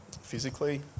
physically